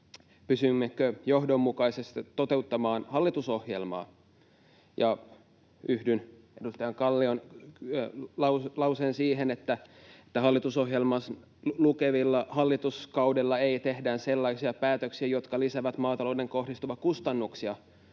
pystymmekö johdonmukaisesti toteuttamaan hallitusohjelmaa. Yhdyn edustaja Kallion lausumaan siitä, että hallitusohjelmassa lukee, että hallituskaudella ei tehdä sellaisia päätöksiä, jotka lisäävät maatalouteen kohdistuvia kustannuksia